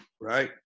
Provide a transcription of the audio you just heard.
right